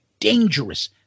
Dangerous